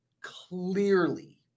clearly